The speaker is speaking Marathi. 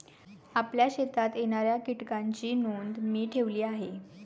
आपल्या शेतात येणाऱ्या कीटकांची नोंद मी ठेवली आहे